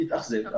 יתאכזב.